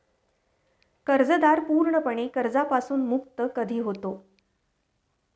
कर्जदार पूर्णपणे कर्जापासून मुक्त कधी होतो?